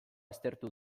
aztertu